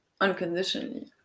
unconditionally